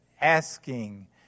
asking